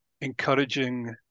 encouraging